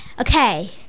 okay